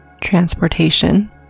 transportation